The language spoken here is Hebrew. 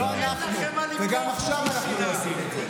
זה לא אנחנו, וגם עכשיו אנחנו לא עושים את זה.